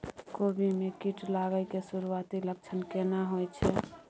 कोबी में कीट लागय के सुरूआती लक्षण केना होय छै